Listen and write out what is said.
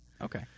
Okay